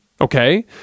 Okay